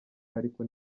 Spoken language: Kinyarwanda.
ariko